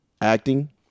Acting